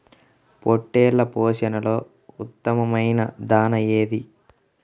పొట్టెళ్ల పోషణలో ఉత్తమమైన దాణా ఏది?